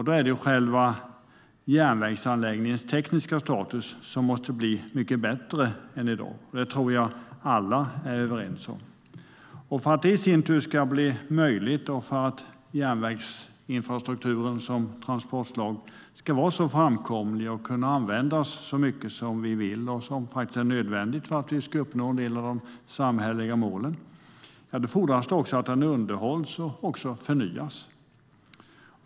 Då är det själva järnvägsanläggningens tekniska status som måste bli mycket bättre än i dag. Det tror jag att alla är överens om. För att det i sin tur ska bli möjligt, och för att järnvägsinfrastrukturen som transportslag ska vara framkomlig och kunna användas så mycket som vi vill och som faktiskt är nödvändigt för att vi ska uppnå en del av de samhälleliga målen, fordras det också att järnvägen underhålls och förnyas.